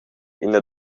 ina